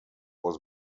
was